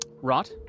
Rot